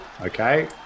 okay